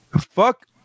Fuck